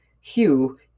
Hugh